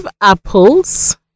apples